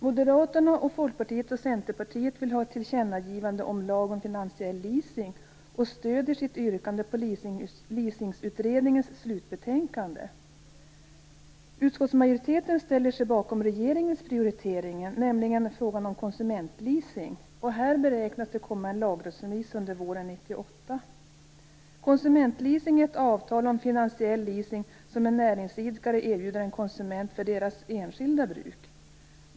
Moderaterna, Folkpartiet och Centerpartiet vill ha ett tillkännagivande om lag om finansiell leasing och stöder sitt yrkande på leasingsutredningens slutbetänkande. Utskottsmajoriteten ställer sig bakom regeringens prioritering, nämligen frågan om konsumentleasing. Här beräknas det komma en lagrådsremiss under våren 1998. Konsumentleasing är ett avtal om finansiell leasing som en näringsidkare erbjuder en konsument för konsumentens enskilda bruk.